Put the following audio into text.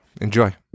enjoy